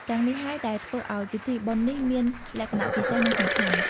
ទាំងនេះហើយដែលធ្វើឲ្យពិធីបុណ្យនេះមានលក្ខណៈពិសេស និងសំខាន់។